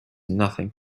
nothing